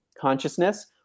consciousness